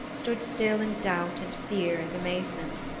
stood still in doubt and fear and amazement.